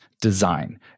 design